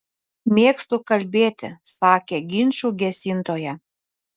mėgstu kalbėti sakė ginčų gesintoja